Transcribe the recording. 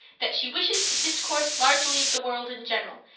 that she wishes to discourse largely of the world in general,